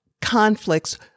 conflicts